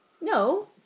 No